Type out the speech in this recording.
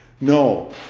No